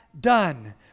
done